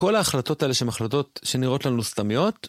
כל ההחלטות האלה, שהן החלטות שנראות לנו סתמיות...